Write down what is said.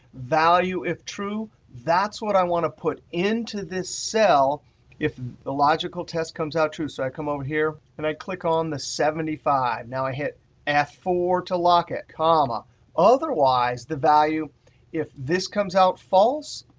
value if true that's what i want to put into this cell if the logical test comes out true. so i come over here and i click on the seventy five. now i hit f four to lock it comma otherwise, the valu if this comes out false